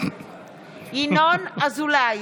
ינון אזולאי,